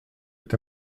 est